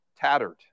tattered